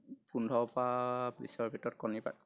পোন্ধৰৰ পৰা বিছৰ ভিতৰত কণী পাৰে